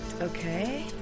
Okay